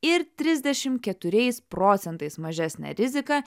ir trisdešim keturiais procentais mažesnę riziką